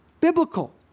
biblical